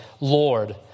Lord